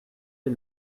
est